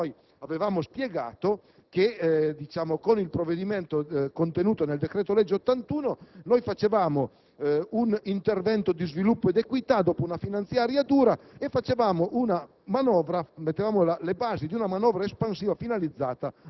di programmazione economico-finanziaria e già allora noi avevamo spiegato che, con il provvedimento contenuto nel decreto-legge n. 81, avremmo fatto un intervento di sviluppo ed equità, dopo una finanziaria dura, e avremmo posto